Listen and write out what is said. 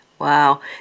Wow